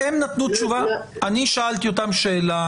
אני שאלתי אותם שאלה